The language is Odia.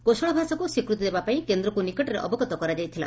କୋଶଳ ଭାଷାକ୍ ସ୍ୱୀକ୍ତି ଦେବା ପାଇଁ କେନ୍ତ୍ରକୁ ନିକଟରେ ଅବଗତ କରାଯାଇଥିଲା